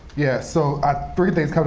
yeah so ah three things come to